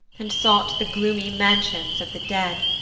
and sought the gloomy mansions of the dead.